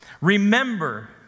Remember